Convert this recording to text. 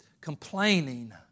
complaining